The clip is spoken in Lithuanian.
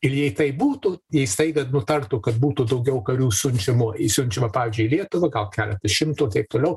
ir jei taip būtų jei staiga nutartų kad būtų daugiau karių siunčiamų siunčiama pavyzdžiui į lietuvą gal keletą šimtų ir taip toliau